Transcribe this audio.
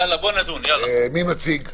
מי מציג?